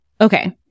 Okay